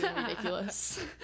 ridiculous